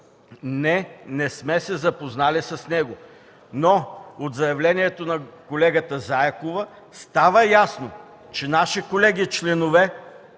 не, не сме се запознали. От заявлението на колегата Заякова става ясно, че наши колеги-членове